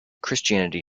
christianity